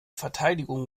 verteidigung